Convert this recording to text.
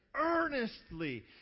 Earnestly